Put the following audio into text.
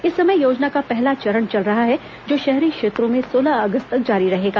इस समय योजना का पहला चरण चल रहा है जो शहरी क्षेत्रों में सोलह अगस्त तक जारी रहेगा